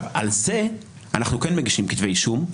על זה אנחנו כן מגישים כתבי אישום,